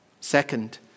Second